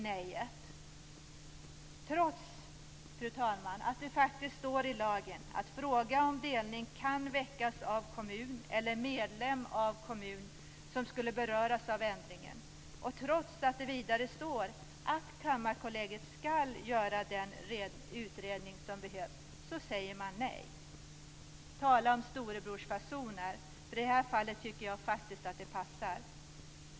Detta gör man, fru talman, trots att det faktiskt står i lagen att frågan om delning kan väckas av kommun eller medlem av kommun som skulle beröras av ändringen. Och trots att det vidare står att Kammarkollegiet skall göra den utredning som behövs, säger man nej. Tala om storebrorsfasoner! I det här fallet tycker jag faktiskt att det uttrycket passar.